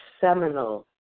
seminal